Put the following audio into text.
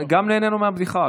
גם נהנינו מהבדיחה,